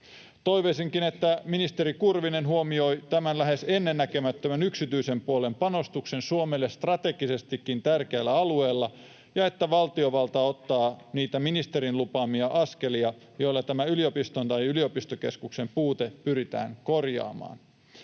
Toivoisinkin, että ministeri Kurvinen huomioi tämän lähes ennennäkemättömän yksityisen puolen panostuksen Suomelle strategisestikin tärkeällä alueella ja että valtiovalta ottaa niitä ministerin lupaamia askelia, joilla yliopiston tai yliopistokeskuksen puute pyritään korjaamaan.